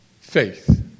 faith